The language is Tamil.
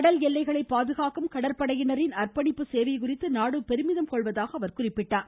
கடல் எல்லைகளைப் பாதுகாக்கும் கடற்படையினரின் அர்ப்பணிப்புச் சேவையைக் குறித்து நாடு பெருமிதம் கொள்வதாகக் கூறியுள்ளார்